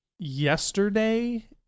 Yesterday